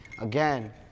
again